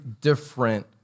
different